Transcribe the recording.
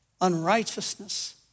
unrighteousness